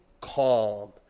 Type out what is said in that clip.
calm